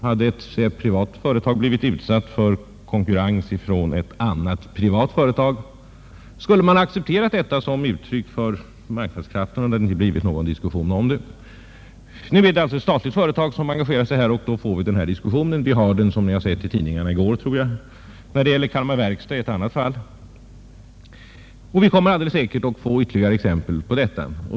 Hade ett privat företag blivit utsatt för konkurrens från ett annat privat företag skulle man ha accepterat detta som uttryck för marknadskrafterna, och det hade inte blivit någon diskussion om saken. Nu är det alltså ett statligt företag som engagerar sig, och då får vi denna diskussion. Den förs också, som vi kunde se i tidningarna häromdagen, när det gäller Kalmar verkstad, och vi kommer alldeles säkert att få ytterligare exempel på detta.